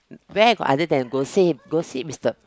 where got other than gossip gossip is the